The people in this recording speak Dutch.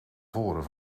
voren